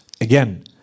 Again